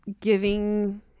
giving